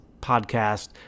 podcast